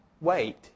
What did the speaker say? wait